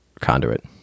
Conduit